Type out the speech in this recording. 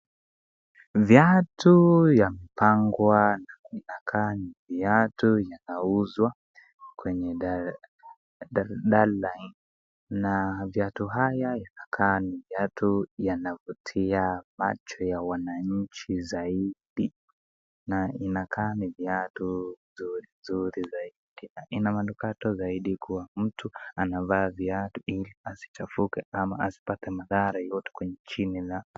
Viatu yamepangwa na inakaa ni viatu yanauzwa kwenye Darling, na viatu haya yanakaa ni viatu yanavutia macho ya wananchi zaidi. Na inakaa ni viatu nzuri nzuri zaidi, ina manukato zaidi kuwa mtu anavaa viatu ili asichafuke ama asipate madhara yeyote kwenye chini na...